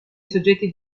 soggetti